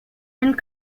and